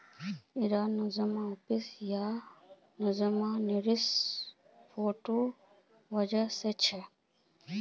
इरा Nosema apis आर Nosema ceranae protozoa वजह से होछे